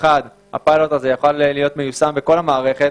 אחד הפיילוט הזה יוכל להיות מיושם בכל המערכת,